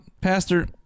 pastor